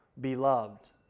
beloved